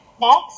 next